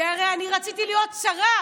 כי הרי אני רציתי להיות שרה.